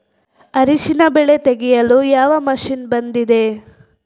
ಅರಿಶಿನ ಬೆಳೆ ತೆಗೆಯಲು ಯಾವ ಮಷೀನ್ ಬಂದಿದೆ?